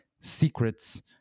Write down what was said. secrets